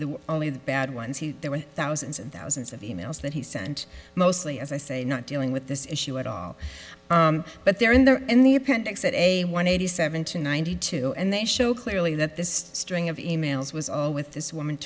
the only the bad ones here there were thousands and thousands of emails that he sent mostly as i say not dealing with this issue at all but they're in there in the appendix at a one eighty seven to ninety two and they show clearly that this string of e mails was all with this woman